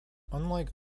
unlike